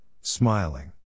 smiling